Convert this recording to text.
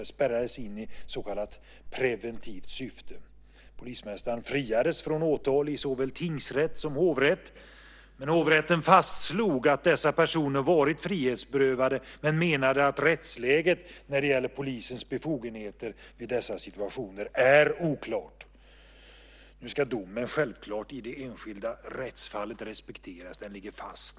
De spärrades in i så kallat preventivt syfte. Polismästaren friades från åtal i såväl tingsrätt som hovrätt. Hovrätten fastslog att dessa personer varit frihetsberövade men menade att rättsläget när det gäller polisens befogenheter vid dessa situationer är oklara. Domen ska i det enskilda rättsfallet självklart respekteras. Den ligger fast.